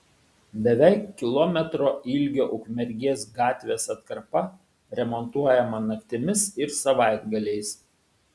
beveik kilometro ilgio ukmergės gatvės atkarpa remontuojama naktimis ir savaitgaliais